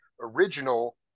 original